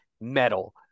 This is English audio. metal